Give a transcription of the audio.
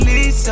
Lisa